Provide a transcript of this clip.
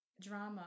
drama